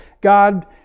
God